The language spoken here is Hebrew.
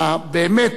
באמת,